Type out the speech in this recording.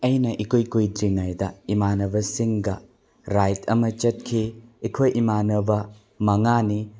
ꯑꯩꯅ ꯏꯀꯨꯏ ꯀꯨꯏꯗ꯭ꯔꯤꯉꯩꯗ ꯏꯃꯥꯟꯅꯕꯁꯤꯡꯒ ꯔꯥꯏꯠ ꯑꯃ ꯆꯠꯈꯤ ꯑꯩꯈꯣꯏ ꯏꯃꯥꯟꯅꯕ ꯃꯉꯥꯅꯤ